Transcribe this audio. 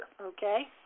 Okay